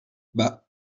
bah